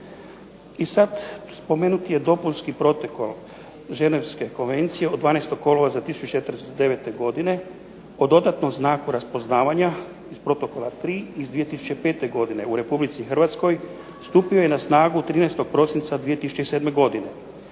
I sad spomenut je dopunski protokol Ženevske konvencije od 12. kolovoza 1949. godine o dodatnom znaku raspoznavanja iz protokola tri iz 2005. godine. U Republici Hrvatskoj stupio je na snagu 13. prosinca 2007. godine.